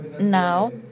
now